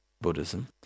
Buddhism